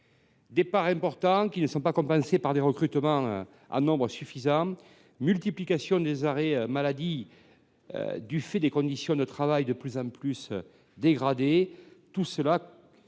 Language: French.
départs importants non compensés par des recrutements en nombre suffisant, ou encore multiplication des arrêts maladie du fait des conditions de travail, de plus en plus dégradées. Tout cela